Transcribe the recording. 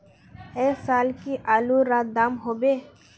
ऐ साल की आलूर र दाम होबे?